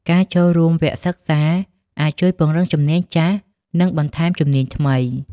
ការចូលរួមវគ្គសិក្សាអាចជួយពង្រឹងជំនាញចាស់ និងបន្ថែមជំនាញថ្មី។